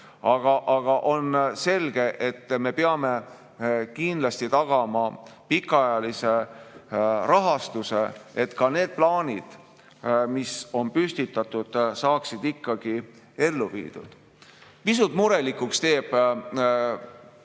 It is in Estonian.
Aga on selge, et me peame kindlasti tagama pikaajalise rahastuse, et ka need plaanid, mis on püstitatud, saaksid ellu viidud. Pisut murelikuks teeb